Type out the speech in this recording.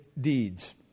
deeds